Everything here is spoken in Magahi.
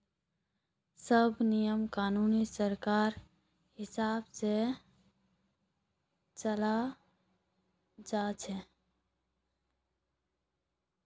सब नियम कानून सरकारेर हिसाब से चलाल जा छे